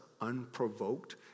unprovoked